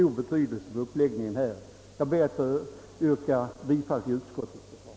också betydelse för uppläggningen av övergången till högertrafik. Jag ber att få yrka bifall till utskottets förslag.